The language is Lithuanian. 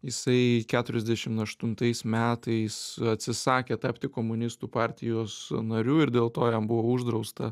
jisai keturiasdešim aštuntais metais atsisakė tapti komunistų partijos nariu ir dėl to jam buvo uždrausta